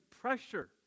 pressure